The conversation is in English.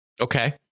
Okay